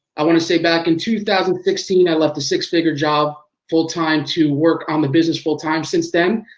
i wanna say back in two thousand and sixteen, i left a six figure job, full time to work on the business full time. since then,